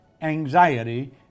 anxiety